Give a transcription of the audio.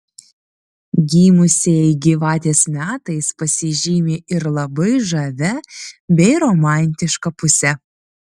gimusieji gyvatės metais pasižymi ir labai žavia bei romantiška puse